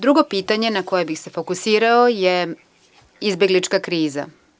Drugo pitanje na koje bih se fokusirao je izbeglička kriza.